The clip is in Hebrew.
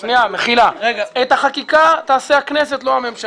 את החקיקה תעשה הכנסת, לא הממשלה.